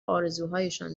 آرزوهایشان